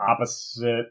opposite